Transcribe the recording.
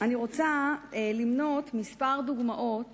אני רוצה למנות דוגמאות